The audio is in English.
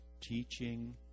teaching